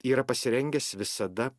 yra pasirengęs visada